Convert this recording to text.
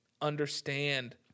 understand